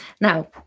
Now